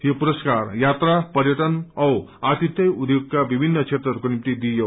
यो पुरस्कार यात्रा पर्यटन औ अतिथ्य उध्येगका विभिन्न क्षेत्रहरूको निम्ति दिइयो